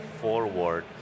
forward